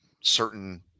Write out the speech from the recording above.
certain